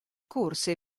corse